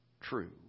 true